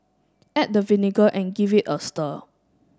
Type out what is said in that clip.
add the vinegar and give it a stir